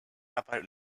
about